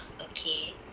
Okay